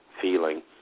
feeling